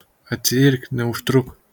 atsiirk neužtruk